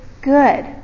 good